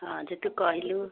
ହଁ ଯେ ତୁ କହିଲୁ